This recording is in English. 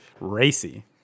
Racy